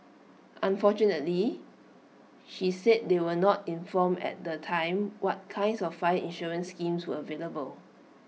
unfortunately she said they were not informed at the time what kinds of fire insurance schemes were available